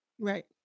Right